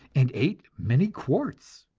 and ate many quarts.